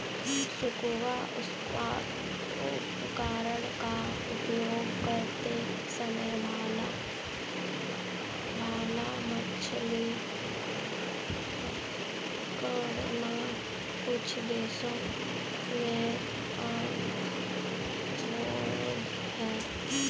scuba उपकरण का उपयोग करते समय भाला मछली पकड़ना कुछ देशों में अवैध है